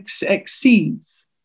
exceeds